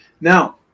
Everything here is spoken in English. Now